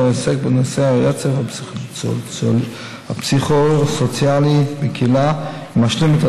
העוסק בנושא הרצף הפסיכו-סוציאלי בקהילה ומשלים את